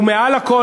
ומעל הכול,